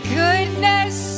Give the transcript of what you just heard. goodness